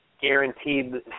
guaranteed